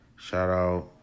Shout-out